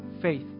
faith